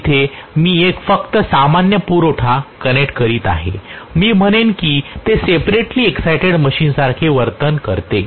जिथे मी फक्त एक सामान्य पुरवठा कनेक्ट करीत आहे मी म्हणेन कि ते सेपरेटली एक्सायटेड मशीनसारखे वर्तन करते